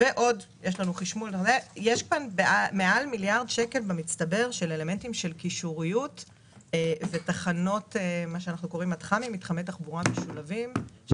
יש מעל מיליארד שקל במצטבר לאלמנטים של קישוריות ומתחמי תחבורה משולבים,